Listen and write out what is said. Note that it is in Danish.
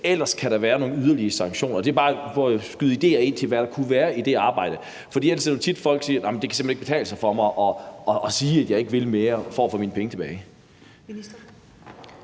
ellers kan der være nogle yderligere sanktioner. Det er bare for at skyde idéer ind til, hvad der kunne være i det arbejde. For ellers er det jo tit, at folk siger: Nej, det kan simpelt hen ikke betale sig for mig at sige, at jeg ikke vil mere, for at få mine penge tilbage.